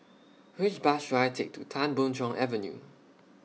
Which Bus should I Take to Tan Boon Chong Avenue